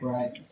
Right